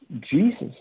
Jesus